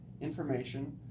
information